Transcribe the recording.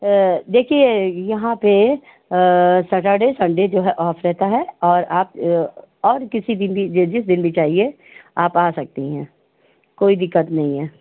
देखिए यहाँ पर सटरडे और संडे जो है ऑफ रहता है और आप और किसी दिन भी जि जिस दिन भी चाहिए आप आ सकती हैं कोई दिक्कत नहीं है